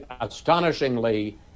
astonishingly